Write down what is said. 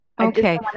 Okay